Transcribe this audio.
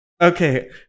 Okay